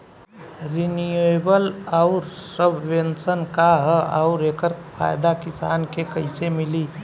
Renewable आउर subvention का ह आउर एकर फायदा किसान के कइसे मिली?